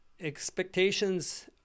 Expectations